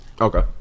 Okay